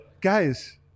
Guys